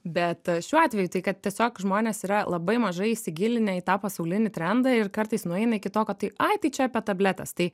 bet šiuo atveju tai kad tiesiog žmonės yra labai mažai įsigilinę į tą pasaulinį trendą ir kartais nueina iki to kad tai ai tai čia apie tabletes tai